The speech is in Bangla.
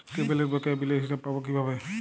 কেবলের বকেয়া বিলের হিসাব পাব কিভাবে?